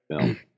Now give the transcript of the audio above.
film